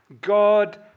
God